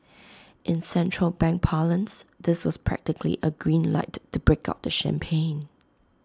in central bank parlance this was practically A green light to break out the champagne